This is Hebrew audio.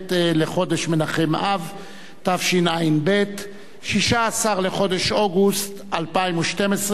כ"ח בחודש מנחם-אב תשע"ב, 16 בחודש אוגוסט 2012,